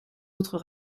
autres